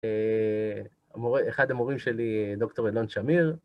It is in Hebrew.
אחד המורים שלי, דוקטור אילון שמיר.